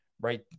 right